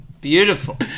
Beautiful